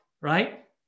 right